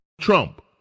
Trump